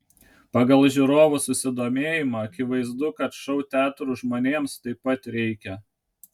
pagal žiūrovų susidomėjimą akivaizdu kad šou teatrų žmonėms taip pat reikia